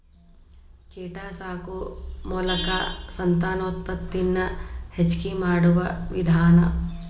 ಕೇಟಾ ಸಾಕು ಮೋಲಕಾ ಸಂತಾನೋತ್ಪತ್ತಿ ನ ಹೆಚಗಿ ಮಾಡುವ ವಿಧಾನಾ